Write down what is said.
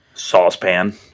saucepan